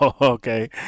Okay